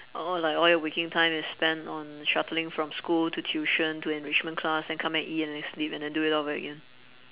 all like all your waking time is spent on shuttling from school to tuition to enrichment class then come back eat and then sleep and then do it all over again